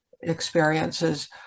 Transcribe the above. experiences